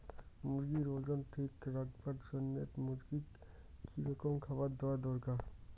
মুরগির ওজন ঠিক রাখবার জইন্যে মূর্গিক কি রকম খাবার দেওয়া দরকার?